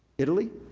italy,